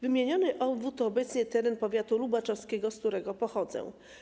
Wymieniony obwód to obecnie teren powiatu lubaczowskiego, z którego pochodzę.